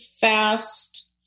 fast